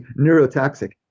neurotoxic